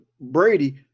Brady